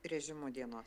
režimu dienos